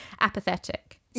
apathetic